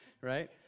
right